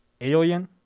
alien